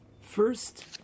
First